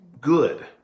good